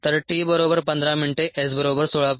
तर t बरोबर 15 मिनिटे s बरोबर 16